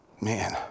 Man